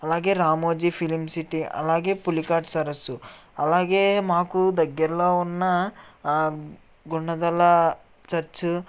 అలాగే Ramoji film city అలాగే పులికాట్ సరస్సు అలాగే మాకు దగ్గరలో ఉన్న గుణదల చర్చ్